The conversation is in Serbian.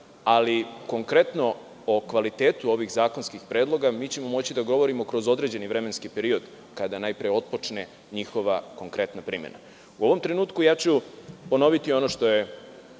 ali konkretno, o kvalitetu ovih zakonskih predloga, mi ćemo moći da govorimo kroz određeni vremenski period kada najpre otpočne njihova konkretna primena.U ovom trenutku, ja ću ponoviti ono što je